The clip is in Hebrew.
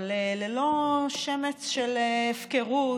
אבל ללא שמץ של הפקרות,